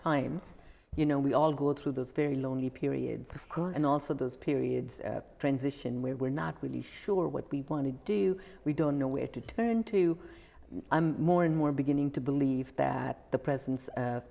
times you know we all go through those very lonely periods and also those periods transition where we're not really sure what we want to do we don't know where to turn to more and more beginning to believe that the presence